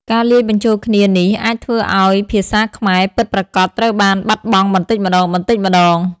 ការលាយបញ្ចូលគ្នានេះអាចធ្វើឱ្យភាសាខ្មែរពិតប្រាកដត្រូវបានបាត់បង់បន្តិចម្តងៗ។